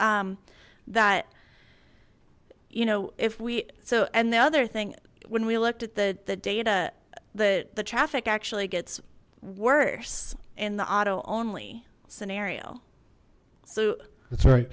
that you know if we so and the other thing when we looked at the the data the the traffic actually gets worse in the auto only scenario so that's right